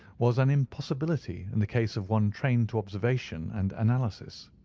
was an impossibility in the case of one trained to observation and analysis.